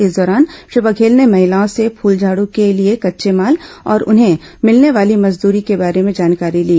इस दौरान श्री बघेल ने महिलाओं से फूलझाड़ के लिए कच्चे माल और उन्हें मिलने वाली मजदूरी के बारे में जानकारी ली